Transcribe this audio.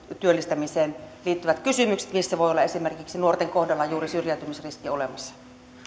työllistämiseen liittyvät kysymykset missä voi olla esimerkiksi juuri nuorten kohdalla syrjäytymisriski olemassa